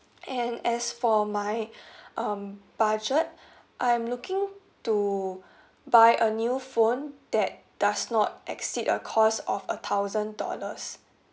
and as for my um budget I'm looking to buy a new phone that does not exceed a cost of a thousand dollars